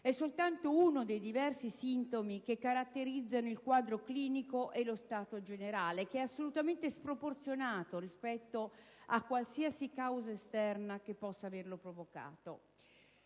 è soltanto uno dei diversi sintomi che caratterizzano il quadro clinico e lo stato generale, che è assolutamente sproporzionato rispetto a qualsiasi causa esterna che possa averlo provocato.